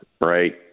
right